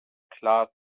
klar